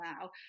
now